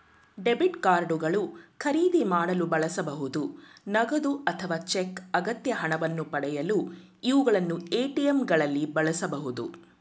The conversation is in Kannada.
ಡೆಬಿಟ್ ಕಾರ್ಡ್ ಗಳು ಖರೀದಿ ಮಾಡಲು ಬಳಸಬಹುದು ನಗದು ಅಥವಾ ಚೆಕ್ ಅಗತ್ಯ ಹಣವನ್ನು ಪಡೆಯಲು ಇವುಗಳನ್ನು ಎ.ಟಿ.ಎಂ ಗಳಲ್ಲಿ ಬಳಸಬಹುದು